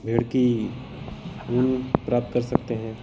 भेड़ की ऊन प्राप्त कर सकते हैं